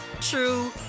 true